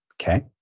Okay